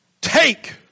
Take